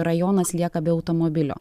rajonas lieka be automobilio